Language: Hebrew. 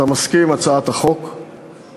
אתה מסכים להצעת החוק,